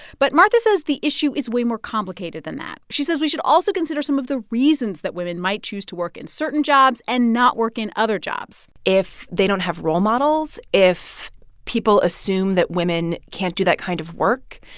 but martha says the issue is way more complicated than that. she says we should also consider some of the reasons that women might choose to work in certain jobs and not work in other jobs if they don't have role models, if people assume that women can't do that kind of work,